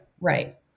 right